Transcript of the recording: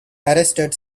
arrested